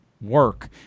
work